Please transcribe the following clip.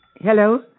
Hello